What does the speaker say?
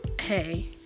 hey